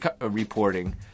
Reporting